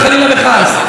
חלילה וחס.